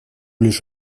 лишь